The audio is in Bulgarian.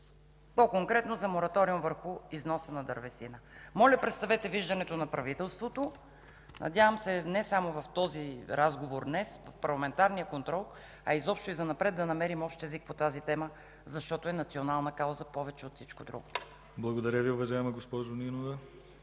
по-конкретно за мораториум върху износа на дървесината. Моля представете виждането на правителството, надявам се не само в този разговор днес, в парламентарния контрол, а изобщо и занапред да намерим общ език по тази тема, защото е национална кауза повече от всичко друго. ПРЕДСЕДАТЕЛ ДИМИТЪР ГЛАВЧЕВ: Благодаря Ви, уважаема госпожо Нинова.